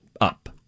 up